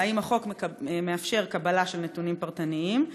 האם החוק מאפשר קבלה של נתונים פרטניים?